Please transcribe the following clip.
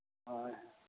ᱦᱳᱭ